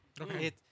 Okay